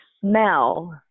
smell